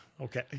Okay